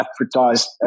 advertised